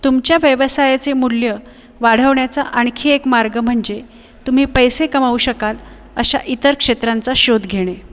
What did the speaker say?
तुमच्या व्यवसायाचे मूल्य वाढवण्याचा आणखी एक मार्ग म्हणजे तुम्ही पैसे कमावू शकाल अशा इतर क्षेत्रांचा शोध घेणे